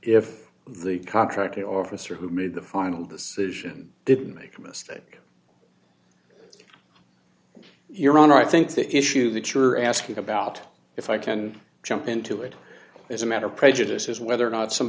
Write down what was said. if the contracting officer who made the final decision didn't make a mistake your honor i think the issue that you're asking about if i can jump into it as a matter of prejudice is whether or not some